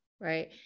right